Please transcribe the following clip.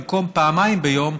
במקום פעמיים ביום,